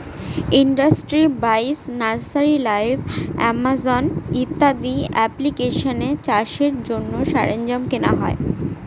industry বাইশ, nursery live, Amazon ইত্যাদি এপ্লিকেশানে চাষের জন্য সরঞ্জাম কেনা হয়